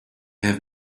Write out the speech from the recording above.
have